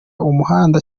umuhanda